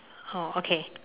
oh okay